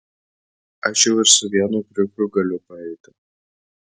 aš jau ir su vienu kriukiu galiu paeiti